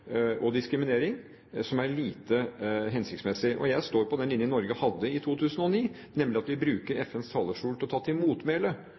og diskriminering – er lite hensiktsmessig. Jeg står på den linjen Norge hadde i 2009, nemlig at vi bruker FNs talerstol til å ta til motmæle